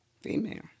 female